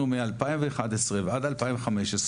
אנחנו מ-2011 ועד 2015,